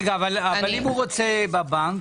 רגע, אבל אם הוא רוצה בבנק?